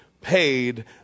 paid